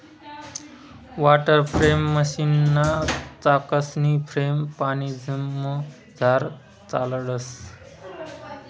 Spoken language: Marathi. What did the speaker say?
वाटरफ्रेम मशीनना चाकसनी फ्रेम पानीमझार चालाडतंस